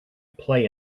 play